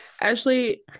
Ashley